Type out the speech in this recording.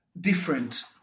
different